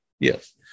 Yes